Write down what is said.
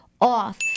off